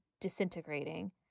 disintegrating